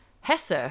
Hesse